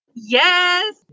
Yes